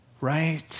Right